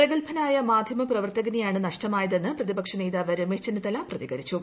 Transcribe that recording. പ്രഗത്ഭനായ മാന്യമ പ്രവർത്തകനെയാണ് നഷ്ടമായതെന്ന് പ്രതിപക്ഷ നേതാവ് രമേശ് ചെന്നിത്തല പ്രതികരിച്ചു